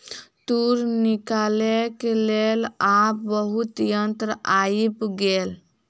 तूर निकालैक लेल आब बहुत यंत्र आइब गेल